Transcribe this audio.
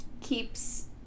keeps